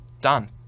done